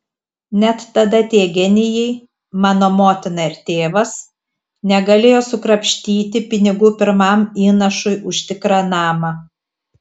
net tada tie genijai mano motina ir tėvas negalėjo sukrapštyti pinigų pirmam įnašui už tikrą namą